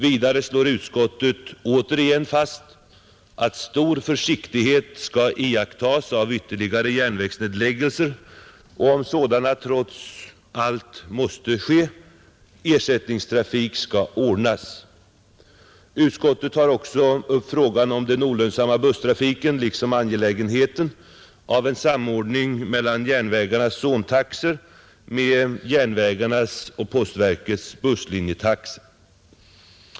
Dessutom slår utskottet återigen fast att stor försiktighet skall iakttas med ytterligare järnvägsnedläggningar och att, om sådana trots allt måste ske, ersättningstrafik skall ordnas. Utskottet tar också upp frågan om den olönsamma busstrafiken liksom angelägenheten av en samordning mellan järnvägarnas zontaxor och järnvägarnas och postverkets busslinjetaxor.